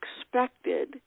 expected